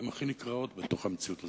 הן הכי נקרעות בתוך המציאות הזאת.